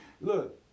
Look